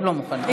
לא מוכנה.